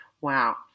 Wow